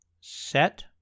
set